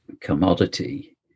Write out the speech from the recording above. commodity